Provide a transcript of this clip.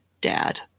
dad